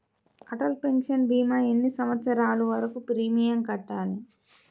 Atal pension భీమా ఎన్ని సంవత్సరాలు వరకు ప్రీమియం కట్టాలి?